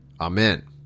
amen